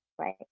right